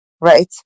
right